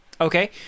Okay